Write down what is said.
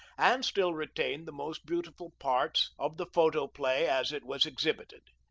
and still retained the most beautiful parts of the photoplay as it was exhibited.